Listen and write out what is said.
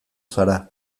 zara